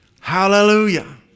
Hallelujah